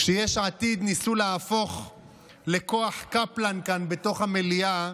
כשיש עתיד ניסו להפוך לכוח קפלן כאן, בתוך המליאה,